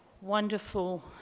wonderful